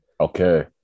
Okay